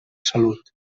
salut